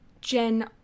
Jen